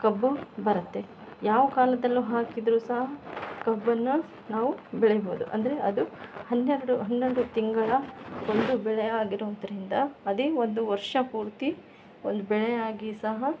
ಕಬ್ಬು ಬರುತ್ತೆ ಯಾವ ಕಾಲದಲ್ಲು ಹಾಕಿದರು ಸಹ ಕಬ್ಬನ್ನು ನಾವು ಬೆಳಿಬೌದು ಅಂದರೆ ಅದು ಹನ್ನೆರಡು ಹನ್ನೊಂದು ತಿಂಗಳ ಒಂದು ಬೆಳೆ ಆಗಿರೋದ್ರಿಂದ ಅದೇ ಒಂದು ವರ್ಷ ಪೂರ್ತಿ ಒಂದು ಬೆಳೆಯಾಗಿ ಸಹ